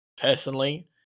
personally